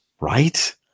right